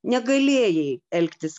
negalėjai elgtis